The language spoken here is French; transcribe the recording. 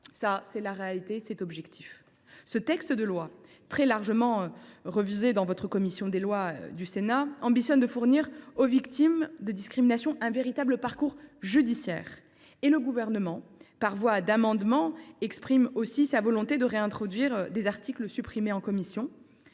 en effet la réalité objective. Ce texte, largement révisé par la commission des lois du Sénat, a pour ambition de fournir aux victimes de discrimination un véritable parcours judiciaire. Le Gouvernement, par voie d’amendement, exprimera sa volonté de réintroduire les articles supprimés en commission,